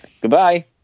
Goodbye